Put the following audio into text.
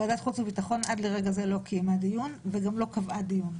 ועדת חוץ וביטחון עד לרגע זה לא קיימה דיון ולא קבעה דיון.